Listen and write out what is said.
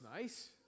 nice